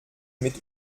mit